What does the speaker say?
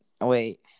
wait